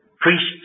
priests